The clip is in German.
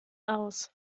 aus